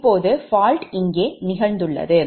இப்போது fault இங்கே நிகழ்ந்துள்ளது